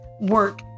work